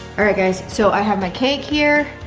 all right guys, so i have my cake here.